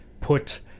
put